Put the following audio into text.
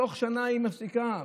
תוך שנה היא מפסיקה.